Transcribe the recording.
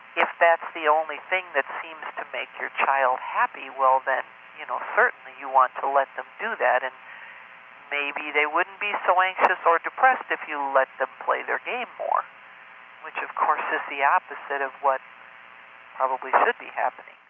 if that's the only thing that seems to make your child happy, well then you know certainly you want to let them do that, and maybe they wouldn't be so anxious or depressed if you let them play their game more which of course is the opposite of what probably should be happening.